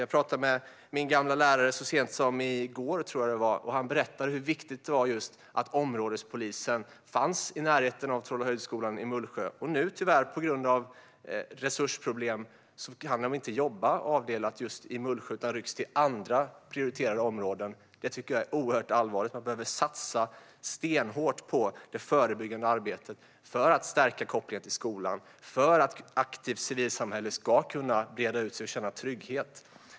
Jag pratade med min gamla lärare så sent som i går, och han berättade hur viktigt det var att områdespolisen fanns i närheten av Trollehöjdskolan i Mullsjö. Men på grund av resursproblem kan polisen inte längre finnas i Mullsjö utan måste vara i andra prioriterade områden. Det är allvarligt. Vi behöver satsa stenhårt på det förebyggande arbetet för att stärka kopplingen till skolan och för att ett aktivt civilsamhälle ska kunna breda ut sig och känna trygghet.